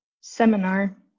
Seminar